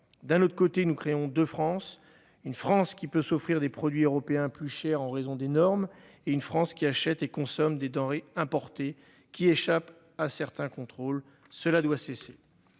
D'un autre côté, nous créons de France, une France qui peut s'offrir des produits européens plus cher en raison des normes et une France qui achètent et consomment des denrées importées qui échappe à certains contrôles. Cela doit cesser.